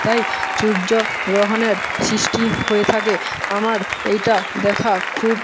তাই সূয্যগ্রহণের সৃষ্টি হয়ে থাকে আমার এইটা দেখা খুব